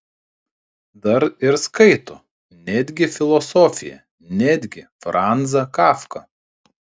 dar ir skaito netgi filosofiją netgi franzą kafką